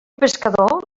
pescador